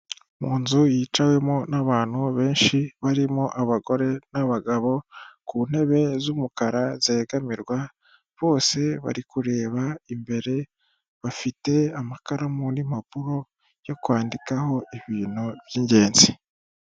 Mu nzu yicawemo n'abantu benshi, barimo abagore n'abagabo, ku ntebe z'umukara zegamirwa, bose bari kureba imbere, bafite amakaramo n'impapuro byo kwandikaho ibintu by'ingenzi.